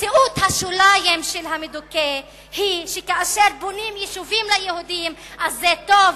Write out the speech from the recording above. מציאות השוליים של המדוכא היא שכאשר בונים יישובים ליהודים זה טוב,